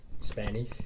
Spanish